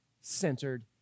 centered